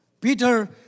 Peter